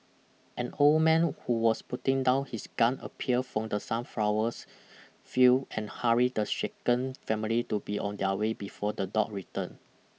an old man who was putting down his gun appeared from the sunflowers field and hurried the shaken family to be on their way before the dog return